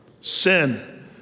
sin